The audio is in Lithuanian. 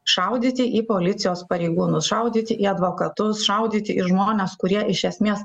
šaudyti į policijos pareigūnus šaudyti į advokatus šaudyti į žmones kurie iš esmės